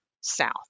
South